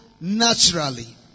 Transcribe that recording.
naturally